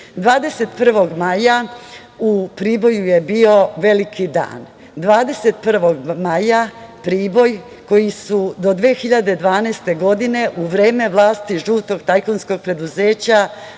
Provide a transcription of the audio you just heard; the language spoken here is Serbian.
prvi maj u Priboju je bio veliki dan. Dana 21. maja Priboj, koji su do 2012. godine, u vreme vlasti žutog tajkunskog preduzeća,